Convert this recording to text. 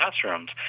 classrooms